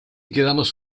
quedamos